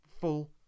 full